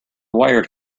wired